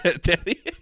daddy